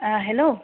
আ হেল্ল'